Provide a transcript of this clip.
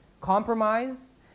compromise